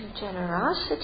generosity